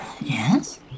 Yes